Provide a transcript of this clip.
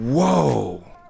Whoa